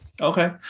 Okay